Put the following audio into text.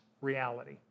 reality